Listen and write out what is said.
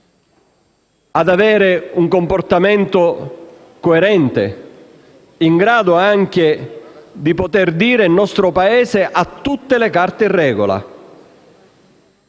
ad avere un comportamento coerente, in grado di poter dire che il nostro Paese ha tutte le carte in regola.